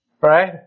right